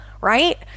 right